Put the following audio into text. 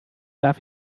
darf